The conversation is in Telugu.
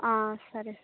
సరే